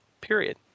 period